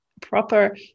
proper